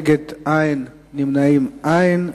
בעד, 7, נגד, אין, נמנעים, אין.